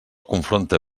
confronta